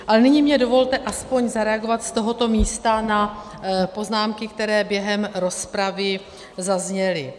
Ale nyní mi dovolte aspoň zareagovat z tohoto místa na poznámky, které během rozpravy zazněly.